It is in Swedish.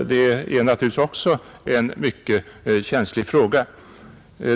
Det är naturligtvis också en mycket känslig fråga vid avspärrning.